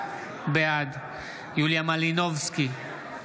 בעד יוליה מלינובסקי,